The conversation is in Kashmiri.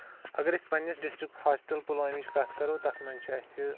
اَگر أسۍ پَنٕنِس ڈسٹرک ہاسپِٹل پلوٲمٕچ کَتھ کَرو تَتھ منٛز چھِ اَسہِ